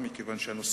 שהיום,